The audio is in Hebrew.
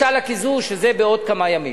שזה בעוד כמה ימים,